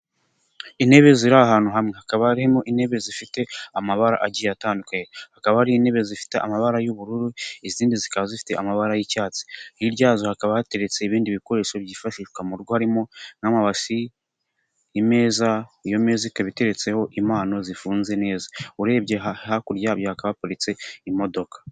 Intebe ziri ahantu hamwe. Hakaba harimo intebe zifite amabara agiye atandukanye. Hakaba ari intebe zifite amabara y'ubururu, izindi zikaba zifite amabara y'icyatsi. Hirya yazo hakaba hateretse ibindi bikoresho byifashishwa mugo harimo kn'amabasi, imeza; iyo meza ikaba iteretseho impano zifunze neza. Urebye hakurya yabyo hakaba haparitse imodoka.